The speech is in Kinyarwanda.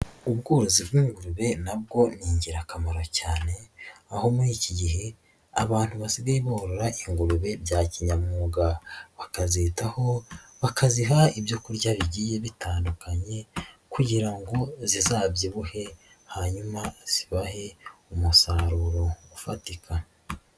Ubworozi bw'ingurube na bwo ni ingirakamaro cyane aho muri iki gihe abantu basigaye borora ingurube bya kinyamwuga, bakazitaho bakaziha ibyo kurya bigiye bitandukanye kugira ngo zizabyibuhe hanyuma zibahe umusaruro ufatika.